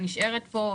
נשארת פה,